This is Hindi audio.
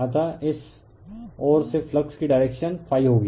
अत इस ओर से फ्लक्स की डायरेक्शन ∅ होगी